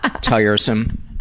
tiresome